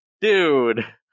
dude